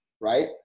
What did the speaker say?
Right